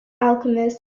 alchemist